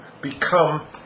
become